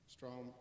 strong